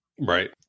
Right